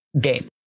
game